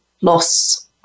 loss